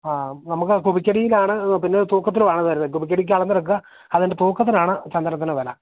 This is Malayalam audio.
ആ നമുക്ക് ക്യൂബിക്കടിയിലാണ് പിന്നെ തൂക്കത്തിലുമാണ് വരുന്നത് ക്യൂബിക്കടിക്ക് അളന്നെടുക്കുക അതിൻ്റെ തൂക്കത്തിലാണ് ചന്ദനത്തിനു വില